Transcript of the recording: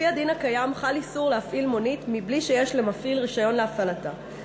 לפי הדין הקיים חל איסור להפעיל מונית בלי שיש למפעיל רישיון להפעלתה.